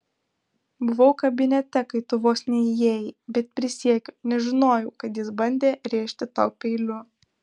buvau kabinete kai tu vos neįėjai bet prisiekiu nežinojau kad jis bandė rėžti tau peiliu